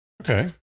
Okay